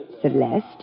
Celeste